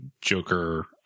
Joker